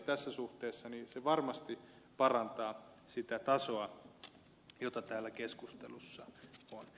tässä suhteessa se varmasti parantaa sitä tasoa joka täällä keskustelussa on